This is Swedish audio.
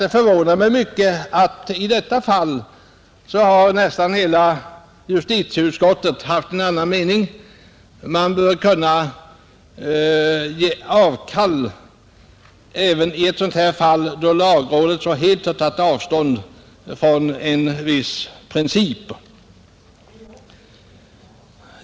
Det förvånar mig därför mycket att i det nu aktuella fallet nästan hela justitieutskottet har haft en annan mening, dvs. att man bör kunna ge avkall även i ett sådant fall, då lagrådet helt tagit avstånd från en viss princip.